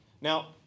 Now